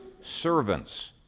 servants